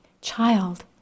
child